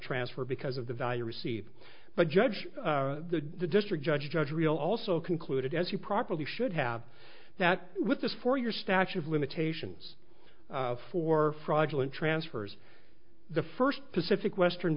transfer because of the value received but judge the district judge judge real also concluded as you probably should have that with this for your statute of limitations for fraudulent transfers the first pacific western